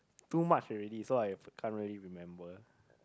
too much already so I can't really remember